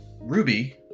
Ruby